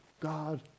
God